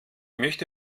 möchte